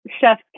chef